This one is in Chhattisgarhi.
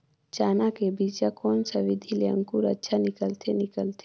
चाना के बीजा कोन सा विधि ले अंकुर अच्छा निकलथे निकलथे